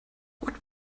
what